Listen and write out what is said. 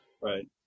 right